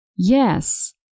Yes